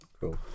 cool